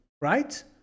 right